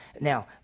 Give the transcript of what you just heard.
Now